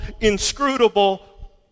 inscrutable